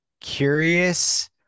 curious